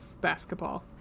basketball